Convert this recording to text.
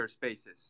Spaces